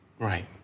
Right